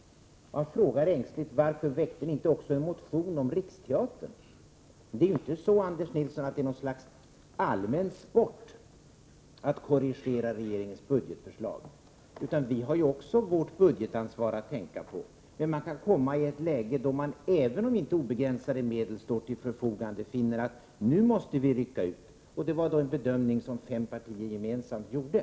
Han frågar ängsligt varför vi inte också väckte en motion om Riksteatern. Det är inte så, Anders Nilsson, att det är en allmän sport att korrigera regeringens budgetförslag, utan också vi har vårt budgetansvar att tänka på. Men man kan hamna i ett läge att man även om inte obegränsade medel står till förfogande finner att man måste rycka ut. Det var den bedömning som fem partier gemensamt gjorde.